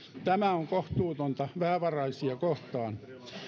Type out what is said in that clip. tämä on kohtuutonta vähävaraisia kohtaan